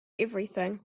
everything